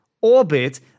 orbit